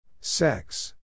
Sex